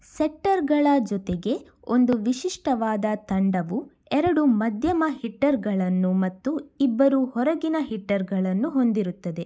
ಸೆಟ್ಟರ್ಗಳ ಜೊತೆಗೆ ಒಂದು ವಿಶಿಷ್ಟವಾದ ತಂಡವು ಎರಡು ಮಧ್ಯಮ ಹಿಟ್ಟರ್ಗಳನ್ನು ಮತ್ತು ಇಬ್ಬರು ಹೊರಗಿನ ಹಿಟ್ಟರ್ಗಳನ್ನು ಹೊಂದಿರುತ್ತದೆ